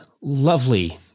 lovely